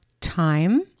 time